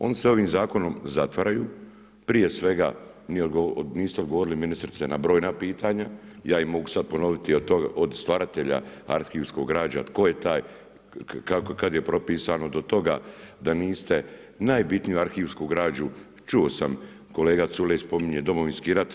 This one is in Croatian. Oni se ovim zakonom zatvaraju, prije svega niste odgovorili ministrice na brojna pitanja, ja ih mogu sada ponoviti od stvaratelja arhivskog građa, tko je taj, kada je propisano do toga da niste najbitniju arhivsku građu, čuo sam, kolega Culej spominje Domovinski rat.